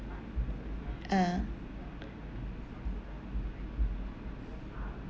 ah